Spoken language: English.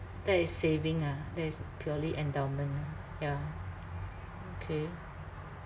that is saving ah that is purely endowment ah yeah okay